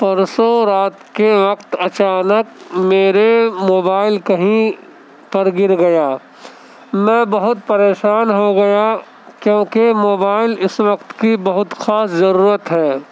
پرسوں رات کے وقت اچانک میرے موبائل کہیں پر گر گیا میں بہت پریشان ہو گیا کیونکہ موبائل اس وقت کی بہت خاص ضرورت ہے